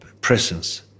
Presence